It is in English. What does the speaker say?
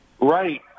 Right